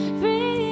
free